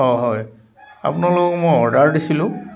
অঁ হয় আপোনালোকক মই অৰ্ডাৰ দিছিলোঁ